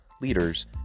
leaders